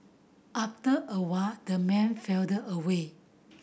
after a while the man filled away